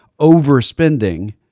overspending